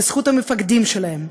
בזכות המפקדים שלהם,